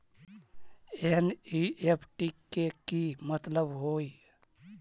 NEFT के कि मतलब होइ?